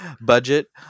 Budget